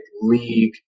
league